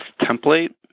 template